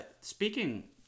speaking